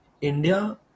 India